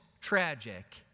tragic